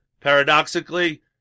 Paradoxically